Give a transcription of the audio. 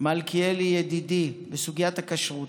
מלכיאלי ידידי בסוגיית הכשרות.